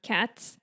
Cats